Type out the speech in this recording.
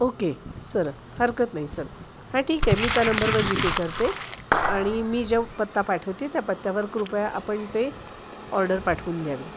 okay sir हरकत नाही sir हां ठीक आहे मी त्या नंबरवर जीपे करते आणि मी जेव् पत्ता पाठवते त्या पत्त्यावर कृपया आपण ते ऑर्डर पाठवून द्यावी